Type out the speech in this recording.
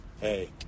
Hey